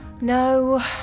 No